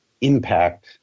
impact